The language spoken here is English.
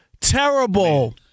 terrible